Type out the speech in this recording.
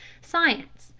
science,